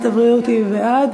שרת הבריאות בעד.